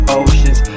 oceans